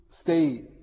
stay